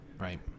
Right